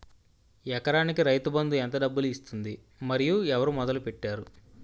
ఎకరానికి రైతు బందు ఎంత డబ్బులు ఇస్తుంది? మరియు ఎవరు మొదల పెట్టారు?